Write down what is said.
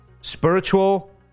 spiritual